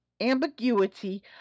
ambiguity